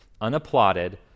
Unapplauded